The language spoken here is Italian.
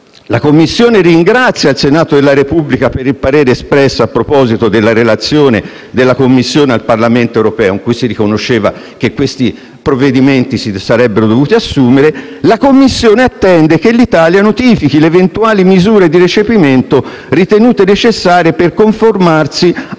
la Commissione ringrazia il Senato della Repubblica per il parere espresso sulla relazione della Commissione al Parlamento europeo (in cui si riconosceva che si sarebbero dovuti assumere questi provvedimenti) e attende che l'Italia notifichi le eventuali misure di recepimento ritenute necessarie per conformarsi